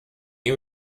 you